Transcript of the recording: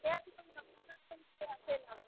देखिऔ रुपआ चलि रहल